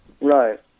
Right